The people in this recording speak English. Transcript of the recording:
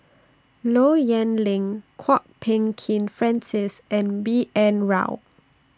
Low Yen Ling Kwok Peng Kin Francis and B N Rao